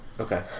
Okay